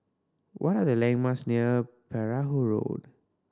what are the landmarks near Perahu Road